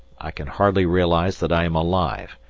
i can hardly realize that i am alive,